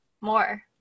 more